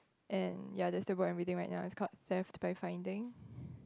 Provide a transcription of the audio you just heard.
and ya that is the book I am reading right now it is called death by finding